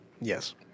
Yes